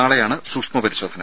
നാളെയാണ് സൂക്ഷ്മ പരിശോധന